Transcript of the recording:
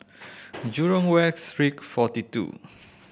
Jurong West Street Forty Two